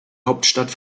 hauptstadt